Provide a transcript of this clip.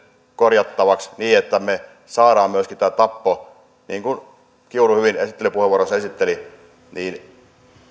korjattavaksi niin että me saamme myöskin tapon niin kuten kiuru hyvin esittelypuheenvuorossa esitteli